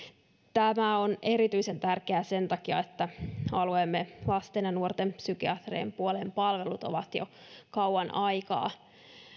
tämä on erityisen tärkeää sen takia että alueemme lasten ja nuorten psykiatrian puolen palvelut ovat jo kauan aikaa